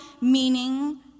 meaning